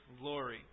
glory